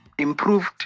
improved